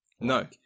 No